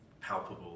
palpable